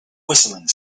whistling